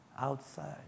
outside